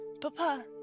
Papa